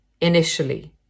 initially